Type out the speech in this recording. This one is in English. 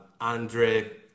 Andre